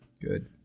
good